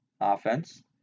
offense